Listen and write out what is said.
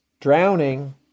Drowning